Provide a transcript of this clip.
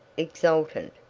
exultant,